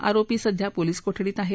आरोपी सध्या पोलीस कोठडीत आहे